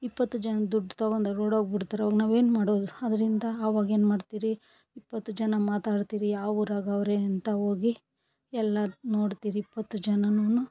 ಇಪ್ಪತ್ತು ಜನದ ದುಡ್ಡು ತಗೊಂಡು ಅವ್ರು ಓಡೋಗಿಬಿಡ್ತಾರೆ ಆವಾಗ ನಾವೇನು ಮಾಡೋದು ಆದ್ರಿಂದ ಅವಾಗೇನು ಮಾಡ್ತಿರಿ ಇಪ್ಪತ್ತು ಜನ ಮಾತಾಡ್ತಿರಿ ಯಾವ ಊರಾಗವ್ರೆ ಅಂತ ಹೋಗಿ ಎಲ್ಲ ನೋಡ್ತಿರಿ ಇಪ್ಪತ್ತು ಜನಾನು